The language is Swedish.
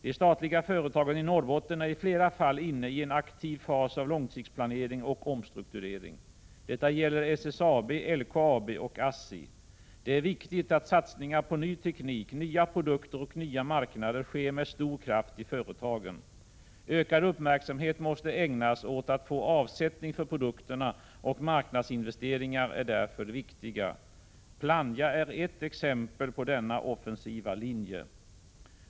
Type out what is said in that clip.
De statliga företagen i Norrbotten är i flera fall inne i en aktiv fas av långsiktsplanering och omstrukturering. Detta gäller SSAB, LKAB och ASSI. Det är viktigt att 37 satsningar på ny teknik, nya produkter och nya marknader sker med stor kraft i företagen. Ökad uppmärksamhet måste ägnas åt att få avsättning för produkterna, och marknadsinvesteringar är därför viktiga. Plannja är ett exempel på denna offensiva linje.